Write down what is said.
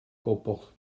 comporte